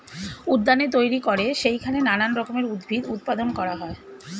উদ্যানে তৈরি করে সেইখানে নানান রকমের উদ্ভিদ উৎপাদন করা হয়